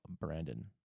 Brandon